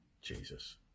Jesus